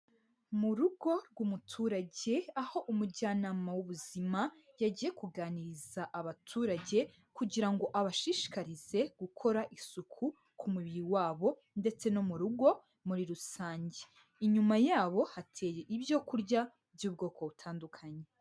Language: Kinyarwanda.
Mu rugo rw'umuturage aho umujyanama w'ubuzima yagiye kuganiriza abaturage kugira ngo abashishikarize gukora isuku ku mubiri wabo ndetse no mu rugo muri rusange, inyuma yabo hateye ibyokurya by'ubwoko butandukanye.